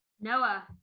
Noah